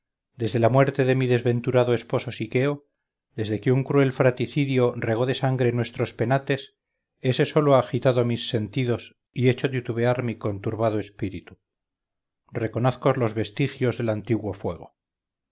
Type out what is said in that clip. desde la muerte de mi desventurado esposo siqueo desde que un cruel fratricidio regó de sangre nuestros penates ese solo ha agitado mis sentidos y hecho titubear mi conturbado espíritu reconozco los vestigios del antiguo fuego